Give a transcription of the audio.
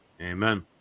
Amen